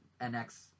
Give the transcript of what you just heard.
NX